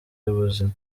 y’ubuzima